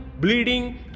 bleeding